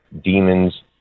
demons